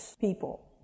people